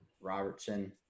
Robertson